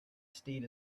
steed